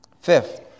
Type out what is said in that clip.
Fifth